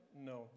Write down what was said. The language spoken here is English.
no